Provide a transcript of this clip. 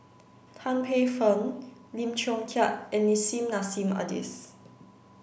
Tan Paey Fern Lim Chong Keat and Nissim Nassim Adis